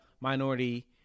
minority